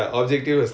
ya